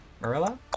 Marilla